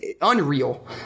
unreal